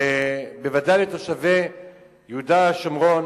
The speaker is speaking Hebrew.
ובוודאי לתושבי יהודה ושומרון,